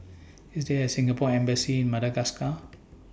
IS There A Singapore Embassy in Madagascar